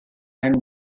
and